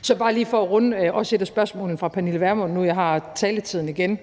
også bare lige for at runde et af spørgsmålene fra fru Pernille Vermund, nu jeg har taletiden igen,